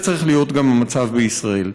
זה צריך להיות גם המצב בישראל.